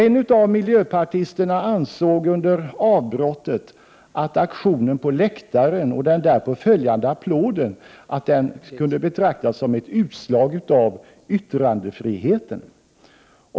En av miljöpartisterna uttalade under avbrottet sin åsikt om att aktionen på läktaren och den därpå följande applåden av en grupp miljöpartister skulle betraktas som ett utslag av yttrandefrihet.